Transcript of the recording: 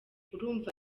urumva